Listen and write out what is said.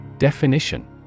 Definition